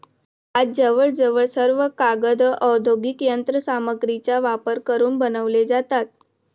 आज जवळजवळ सर्व कागद औद्योगिक यंत्र सामग्रीचा वापर करून बनवले जातात